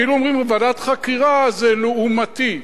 כאילו כשאומרים ועדת חקירה זה לעומתי,